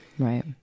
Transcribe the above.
Right